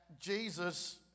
Jesus